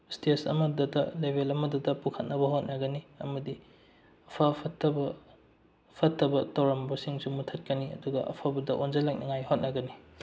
stage ꯑꯃꯗꯇ ꯂꯦꯕꯦꯜ ꯑꯃꯗꯇ ꯄꯨꯈꯠꯅꯕ ꯍꯣꯠꯅꯒꯅꯤ ꯑꯃꯗꯤ ꯑꯐ ꯐꯠꯇꯕ ꯐꯠꯇꯕ ꯇꯧꯔꯝꯕꯁꯤꯡꯁꯨ ꯃꯨꯊꯠꯀꯅꯤ ꯑꯗꯨꯒ ꯑꯐꯕꯗ ꯑꯣꯟꯁꯤꯜꯂꯛꯅꯉꯥꯏ ꯍꯣꯠꯅꯒꯅꯤ